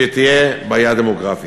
תהיה בעיה דמוגרפית.